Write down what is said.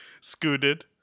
Scooted